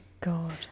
god